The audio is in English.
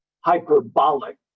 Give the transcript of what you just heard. hyperbolic